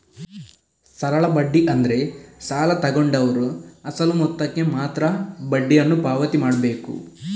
ಸರಳ ಬಡ್ಡಿ ಅಂದ್ರೆ ಸಾಲ ತಗೊಂಡವ್ರು ಅಸಲು ಮೊತ್ತಕ್ಕೆ ಮಾತ್ರ ಬಡ್ಡಿಯನ್ನು ಪಾವತಿ ಮಾಡ್ಬೇಕು